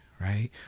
right